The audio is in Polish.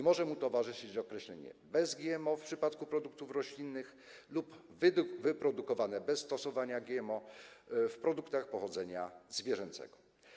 Może mu towarzyszyć określenie „bez GMO” w przypadku produktów roślinnych lub określenie „wyprodukowane bez stosowania GMO” na produktach pochodzenia zwierzęcego.